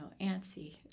antsy